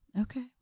Okay